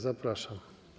Zapraszam.